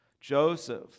Joseph